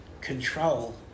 control